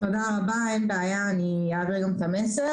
תודה רבה, אין בעיה, אני אעביר גם את המסר.